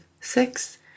six